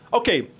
okay